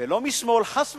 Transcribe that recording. ולא משמאל, חס וחלילה,